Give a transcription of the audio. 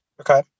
Okay